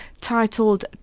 titled